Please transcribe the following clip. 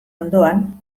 ondoan